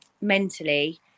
mentally